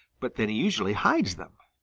but then he usually hides them.